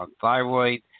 thyroid